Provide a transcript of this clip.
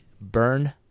burn